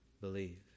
believe